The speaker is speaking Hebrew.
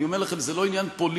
אני אומר לכם: זה לא עניין פוליטי.